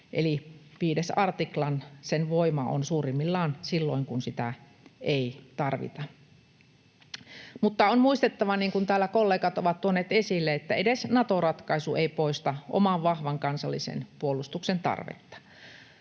eli 5 artiklan voima on suurimmillaan silloin, kun sitä ei tarvita. Mutta on muistettava, niin kuin täällä kollegat ovat tuoneet esille, että edes Nato-ratkaisu ei poista oman vahvan kansallisen puolustuksen tarvetta.